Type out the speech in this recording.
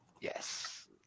yes